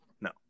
no